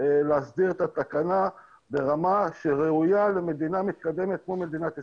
להסדיר את התקנה ברמה שראויה למדינה מתקדמת כמו מדינת ישראל.